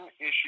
issue